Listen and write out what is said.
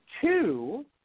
Two